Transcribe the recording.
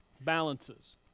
Balances